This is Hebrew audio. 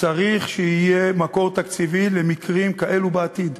צריך שיהיה מקור תקציבי למקרים כאלה בעתיד.